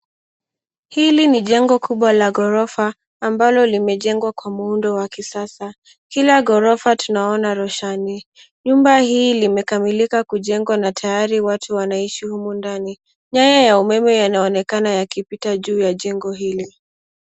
Hili ni jengo kubwa la ghorofa ambalo limejengwa kwa muundo la kisasa. Kila ghorofa tunaona roshani. Nyumba hii limekamilika kujengwa na tayari watu wanaishi humu ndani. Nyaya ya umeme yanaonekana yakipita juu ya jengo hili.